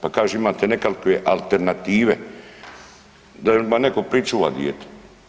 Pa kaže imate nekakve alternative da netko pričuva dijete.